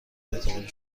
اعتباری